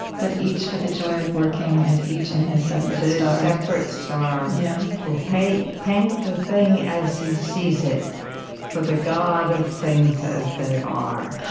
but each for the joy of working, and each, in his separate star. his separate star, yeah will paint paint the thing as he sees it for the god of things as they are!